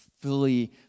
fully